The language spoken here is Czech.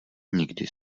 nikdy